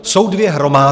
Jsou dvě hromádky.